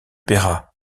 payera